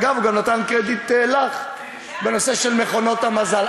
אגב, הוא גם נתן קרדיט לך בנושא מכונות המזל.